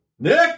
Nick